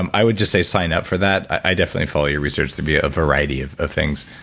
um i would just say sign up for that. i definitely follow your research to be a variety of of things.